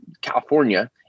California